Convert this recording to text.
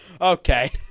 Okay